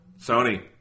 Sony